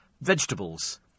vegetables